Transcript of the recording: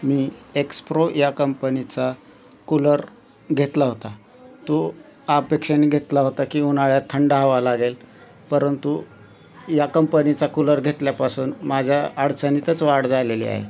मी Xpro या कंपनिचा cooler घेतला होता तो अपेक्षेने घेतला होता की उन्हाळ्यात थंड हवा लागेल परंतु या कंपनिचा कुलर घेतल्यापासून माझ्या अडचणींतच वाढ झालेली आहे